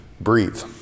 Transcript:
breathe